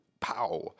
Pow